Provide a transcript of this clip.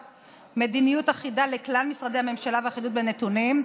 מדיניות אחידה לכלל משרדי הממשלה ואחידות בנתונים,